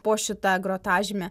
po šita grotažyme